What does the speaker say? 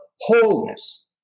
wholeness